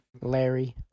Larry